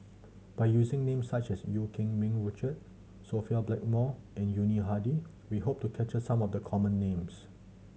by using names such as Eu Keng Mun Richard Sophia Blackmore and Yuni Hadi we hope to capture some of the common names